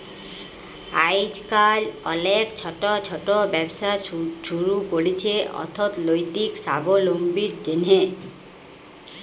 আইজকাল অলেক ছট ছট ব্যবসা ছুরু ক্যরছে অথ্থলৈতিক সাবলম্বীর জ্যনহে